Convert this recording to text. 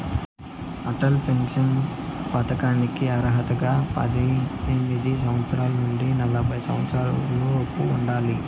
Atal pension పథకానికి అర్హతగా పద్దెనిమిది సంవత్సరాల నుండి నలభై సంవత్సరాలలోపు ఉండాలి